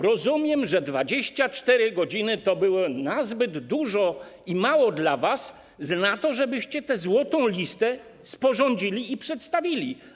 Rozumiem, że 24 godziny to było nazbyt dużo i mało dla was na to, żebyście tę złotą listę sporządzili i przedstawili.